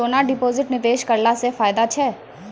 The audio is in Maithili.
सोना डिपॉजिट निवेश करला से फैदा छै?